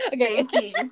Okay